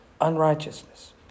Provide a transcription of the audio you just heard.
unrighteousness